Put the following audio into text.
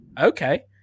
okay